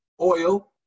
oil